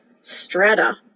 strata